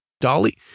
Dolly